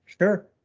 sure